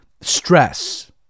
stress